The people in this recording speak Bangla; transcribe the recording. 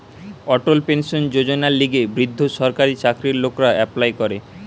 অটল পেনশন যোজনার লিগে বৃদ্ধ সরকারি চাকরির লোকরা এপ্লাই করে